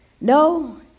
No